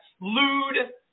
lewd